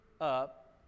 up